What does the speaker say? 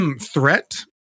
threat